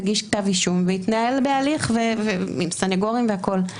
תגיש כתב אישום ויתנהל בהליך עם סניגורים והכול.